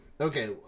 Okay